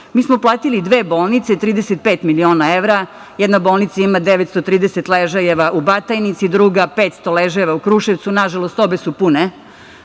smo platili dve bolnice, 35 miliona evra. Jedna bolnica ima 930 ležajeva u Batajnici, druga 500 ležajeva u Kruševcu. Nažalost obe su pune